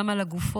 גם על הגופות,